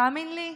תאמין לי,